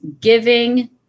giving